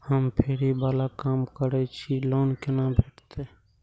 हम फैरी बाला काम करै छी लोन कैना भेटते?